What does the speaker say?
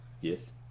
yes